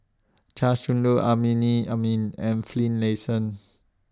Chia Shi Lu Amrinmi Amin and Finlayson